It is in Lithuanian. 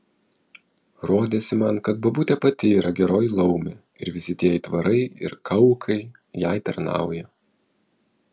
rodėsi man kad bobutė pati yra geroji laumė ir visi tie aitvarai ir kaukai jai tarnauja